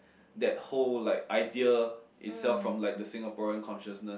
that whole like idea itself from like the Singaporean consciousness